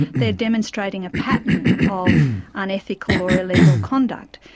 they are demonstrating a pattern of unethical or illegal conduct.